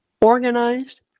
organized